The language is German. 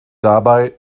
dabei